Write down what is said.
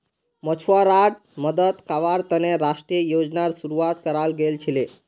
मछुवाराड मदद कावार तने राष्ट्रीय योजनार शुरुआत कराल गेल छीले